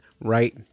right